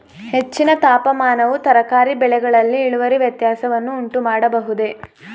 ಹೆಚ್ಚಿನ ತಾಪಮಾನವು ತರಕಾರಿ ಬೆಳೆಗಳಲ್ಲಿ ಇಳುವರಿ ವ್ಯತ್ಯಾಸವನ್ನು ಉಂಟುಮಾಡಬಹುದೇ?